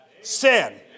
sin